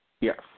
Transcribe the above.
Yes